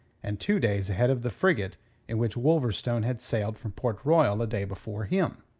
and two days ahead of the frigate in which wolverstone had sailed from port royal a day before him.